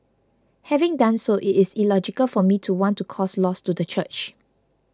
having done so it is illogical for me to want to cause loss to the church